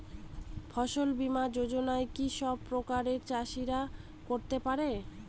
ফসল বীমা যোজনা কি সব প্রকারের চাষীরাই করতে পরে?